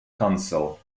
council